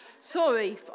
Sorry